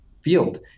field